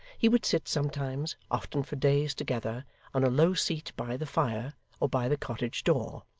he would sit sometimes often for days together on a low seat by the fire or by the cottage door,